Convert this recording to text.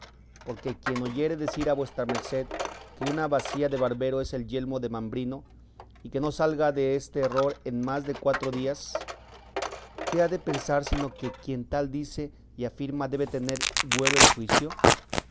porque quien oyere decir a vuestra merced que una bacía de barbero es el yelmo de mambrino y que no salga de este error en más de cuatro días qué ha de pensar sino que quien tal dice y afirma debe de tener güero el juicio